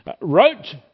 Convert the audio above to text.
wrote